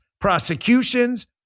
prosecutions